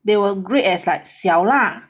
they will grade as like 小辣